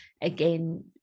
again